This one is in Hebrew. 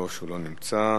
לא נמצא.